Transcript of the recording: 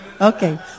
Okay